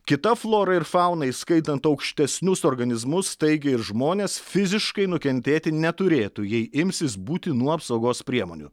kita flora ir fauna įskaitant aukštesnius organizmus taigi ir žmonės fiziškai nukentėti neturėtų jei imsis būtinų apsaugos priemonių